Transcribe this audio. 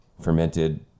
fermented